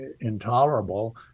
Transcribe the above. intolerable